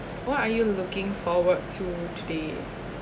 what are you looking forward to today